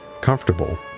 comfortable